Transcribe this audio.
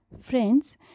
Friends